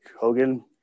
Hogan